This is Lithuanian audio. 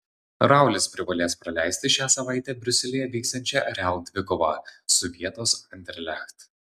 raulis privalės praleisti šią savaitę briuselyje vyksiančią real dvikovą su vietos anderlecht